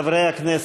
חברי הכנסת,